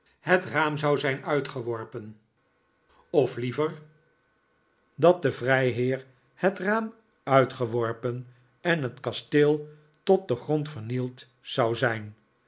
het raam zou zijn uitgeworpen of liever dat de vrijheer het raam uitgeworpen en het kasteel tot den grond vernield zou zijn